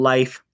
Life